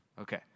Okay